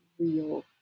real